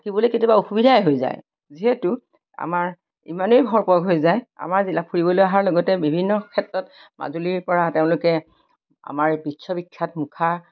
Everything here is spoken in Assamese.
থাকিবলৈ কেতিয়াবা অসুবিধাই হৈ যায় যিহেতু আমাৰ ইমানেই ভৰপক হৈ যায় আমাৰ জিলা ফুৰিবলৈ অহাৰ লগতে বিভিন্ন ক্ষেত্ৰত মাজুলীৰ পৰা তেওঁলোকে আমাৰ বিশ্ব বিখ্যাত মুখা